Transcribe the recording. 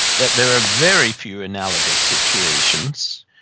that there are very few analogous situations.